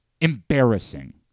embarrassing